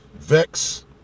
vex